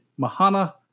Mahana